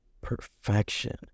Perfection